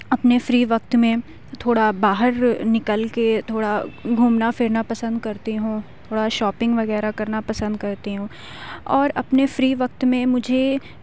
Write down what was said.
اپنے فری وقت میں تھوڑا باہر نکل کے تھوڑا گھومنا پھرنا پسند کرتی ہوں تھوڑا شاپنگ وغیرہ کرنا پسند کرتی ہوں اور اپنے فری وقت میں مجھے